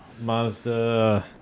Mazda